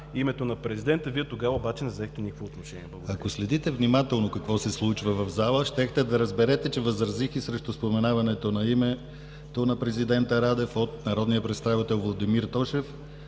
Вие тогава обаче не взехте никакво отношение. Благодаря